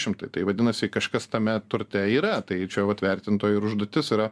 šimtai tai vadinasi kažkas tame turte yra tai čia vat vertintojo ir užduotis yra